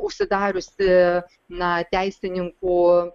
užsidariusi na teisininkų